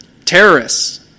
Terrorists